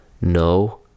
no